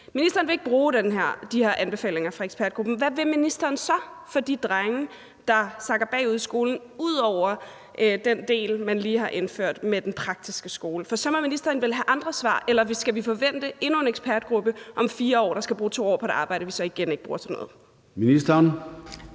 Ministeren vil ikke bruge de her anbefalinger fra ekspertgruppen. Hvad vil ministeren så for de drenge, der sakker bagud i skolen, ud over den del, man lige har indført, med den praktiske skole? For så må ministeren vel have andre svar? Ellers skal vi forvente endnu en ekspertgruppe om 4 år, der skal bruge 2 år på et arbejde, vi så igen ikke bruger til noget? Kl.